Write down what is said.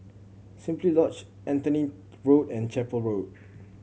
Simply Lodge Anthony Road and Chapel Road